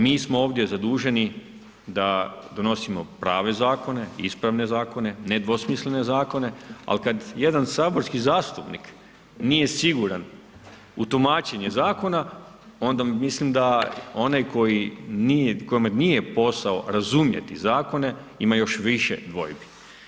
Mi smo ovdje zaduženi da donosimo prave zakone, ispravne zakone, nedvosmislene zakone ali kad jedan saborski zastupnik nije siguran u tumačenje zakona, onda mislim da onaj kojemu nije posao razumjeti zakone, ima još više dvojbi.